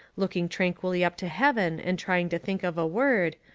looking tranquilly up to heaven and trying to think of a word,